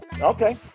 okay